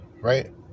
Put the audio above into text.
right